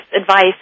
advice